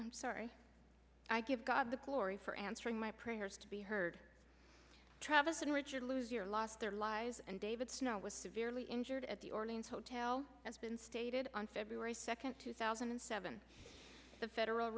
kohler i give god the glory for answering my prayers to be heard traveston richard lose your lost their lives and david snow was severely injured at the orleans hotel has been stated on february second two thousand and seven the federal